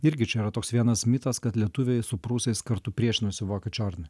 irgi čia yra toks vienas mitas kad lietuviai su prūsais kartu priešinosi vokiečių ordinui